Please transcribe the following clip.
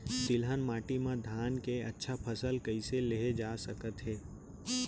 तिलहन माटी मा धान के अच्छा फसल कइसे लेहे जाथे सकत हे?